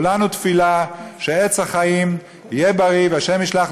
כולנו תפילה שעץ החיים יהיה בריא וה' ישלח